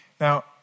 Now